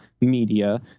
media